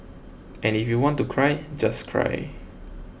and if you want to cry just cry